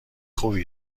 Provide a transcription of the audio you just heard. خوبی